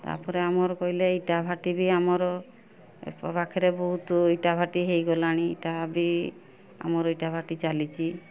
ତାପରେ ଆମର କହିଲେ ଇଟା ଭାଟି ବି ଆମର ପାଖରେ ବହୁତ ଇଟା ଭାଟି ହେଇଗଲାଣି ତାହା ବି ଆମର ଇଟା ଭାଟି ଚାଲିଛି